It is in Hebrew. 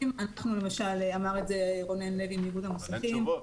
למשל אמר את זה רונן לוי מאיגוד המוסכים,